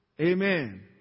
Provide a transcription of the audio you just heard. Amen